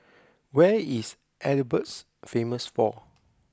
where is Edinburghs famous for